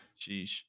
Sheesh